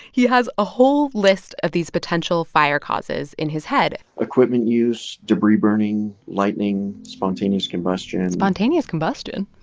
he has a whole list of these potential fire causes in his head equipment use, debris burning, lightning, spontaneous combustion. and spontaneous combustion?